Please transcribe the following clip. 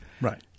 Right